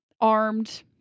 Armed